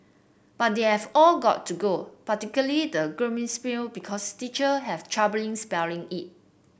but they have all got to go particularly the glockenspiel because teacher have troubling spelling it